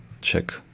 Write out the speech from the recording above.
check